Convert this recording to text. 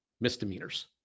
misdemeanors